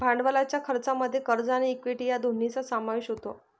भांडवलाच्या खर्चामध्ये कर्ज आणि इक्विटी या दोन्हींचा समावेश होतो